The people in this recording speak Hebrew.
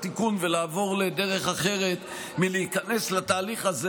תיקון ולעבור לדרך אחרת מלהיכנס לתהליך הזה,